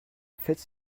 faites